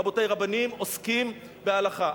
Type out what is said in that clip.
רבותי, רבנים עוסקים בהלכה.